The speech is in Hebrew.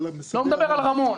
הוא מדבר על רמון,